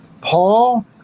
paul